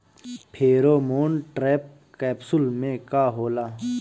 Pheromone trap capsule में का होला?